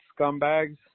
scumbags